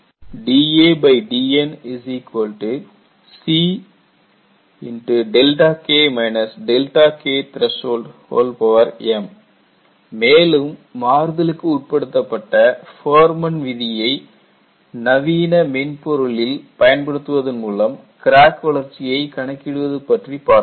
dadN CK Kth m மேலும் மாறுதலுக்கு உட்படுத்தப்பட்ட ஃபார்மன் விதியை நவீன மென்பொருளில் பயன்படுத்துவதன் மூலம் கிராக் வளர்ச்சியை கணக்கிடுவது பற்றி பார்த்தோம்